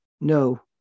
No